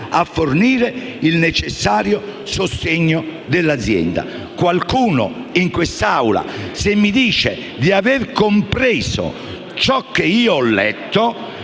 a fornire il necessario sostegno all'azienda». Se qualcuno in questa Assemblea mi dice di aver compreso ciò che ho letto,